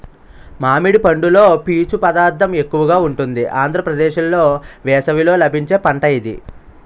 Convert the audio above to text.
మామిడి పండులో పీచు పదార్థం ఎక్కువగా ఉంటుంది ఆంధ్రప్రదేశ్లో వేసవిలో లభించే పంట ఇది